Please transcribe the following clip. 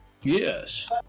Yes